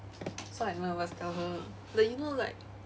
so like none of us tell her but you know like